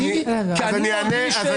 אני מרגיש שאין לי כלים לשפוט את הסיפור.